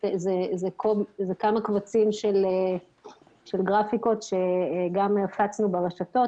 זה כמה קבצים של גרפיקות שגם הפצנו ברשתות